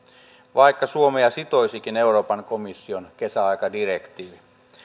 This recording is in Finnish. vaikka suomea sitoisikin euroopan komission kesäaikadirektiivi